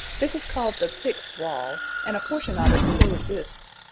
this is called the picts' wall, and a portion of it still exists.